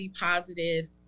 positive